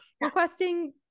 requesting